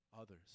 others